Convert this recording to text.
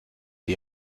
die